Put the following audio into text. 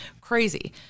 crazy